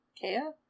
Kaya